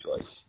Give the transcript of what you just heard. choice